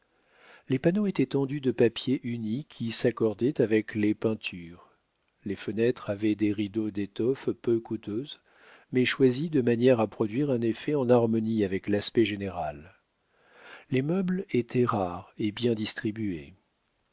les panneaux étaient tendus de papiers unis qui s'accordaient avec les peintures les fenêtres avaient des rideaux d'étoffe peu coûteuse mais choisie de manière à produire un effet en harmonie avec l'aspect général les meubles étaient rares et bien distribués